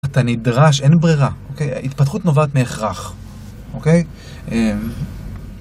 אתה נדרש, אין ברירה. אוקיי? התפתחות נובעת מהכרח, אוקיי?